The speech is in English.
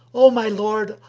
o my lord,